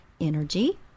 energy